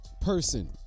person